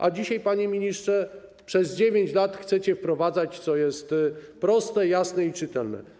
A dzisiaj, panie ministrze, przez 9 lat chcecie wprowadzać to, co jest proste, jasne i czytelne.